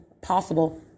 possible